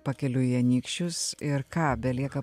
pakeliui į anykščius ir ką belieka